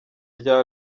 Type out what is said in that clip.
rya